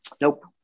Nope